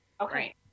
Okay